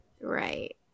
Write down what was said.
right